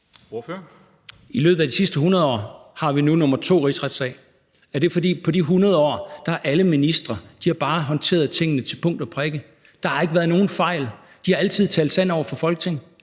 I løbet af de sidste 100 år har vi nu rigsretssag nummer to. Er det, fordi alle ministre på de 100 år bare har håndteret tingene til punkt og prikke – der har ikke været nogen fejl, de har altid talt sandt over for Folketinget,